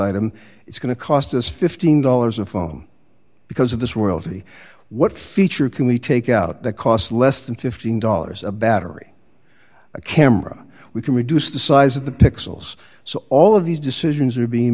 item it's going to cost us fifteen dollars a phone because of this world what feature can we take out that cost less than fifteen dollars a battery a camera we can reduce the size of the pixels so all of these decisions are being